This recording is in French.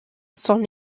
son